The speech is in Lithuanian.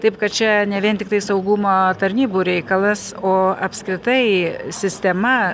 taip kad čia ne vien tiktai saugumo tarnybų reikalas o apskritai sistema